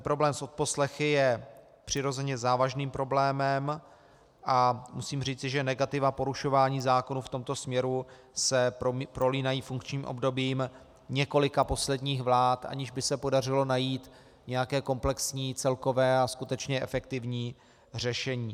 Problém s odposlechy je přirozeně závažným problémem a musím říci, že negativa porušování zákonů v tomto směru se prolínají funkčním obdobím několika posledních vlád, aniž by se podařilo najít nějaké komplexní, celkové a skutečně efektivní řešení.